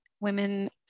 women